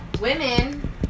women